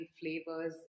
flavors